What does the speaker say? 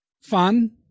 fun